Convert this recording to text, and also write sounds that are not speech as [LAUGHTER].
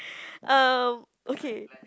[BREATH] um okay